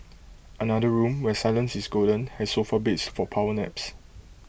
another room where silence is golden has sofa beds for power naps